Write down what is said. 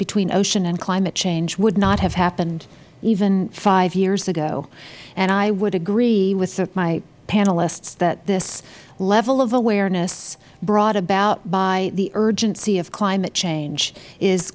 between ocean and climate change would not have happened even five years ago i would agree with my panelists that this level of awareness brought about by the urgency of climate change is